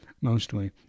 mostly